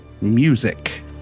music